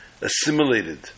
assimilated